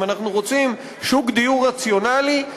אם אנחנו רוצים שוק דיור רציונלי,